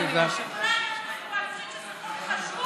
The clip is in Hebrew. אדוני היושב-ראש.